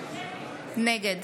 נגד